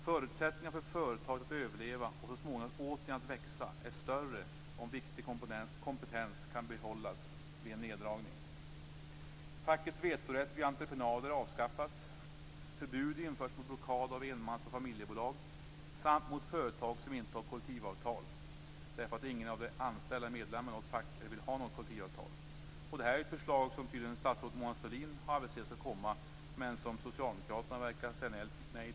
Förutsättningarna för företaget att överleva och så småningom återigen växa är större om viktig kompetens kan behållas vid en neddragning. · att avskaffa fackets vetorätt vid entreprenader. · att införa förbud mot blockad av enmans och familjebolag samt av företag som inte har kollektivavtal därför att ingen av de anställda är medlemmar i något fack eller vill ha något kollektivavtal. Detta är ett förslag som tydligen statsrådet Mona Sahlin har aviserat skall komma, men som socialdemokraterna verkar säga nej till i dag.